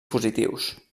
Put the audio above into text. positius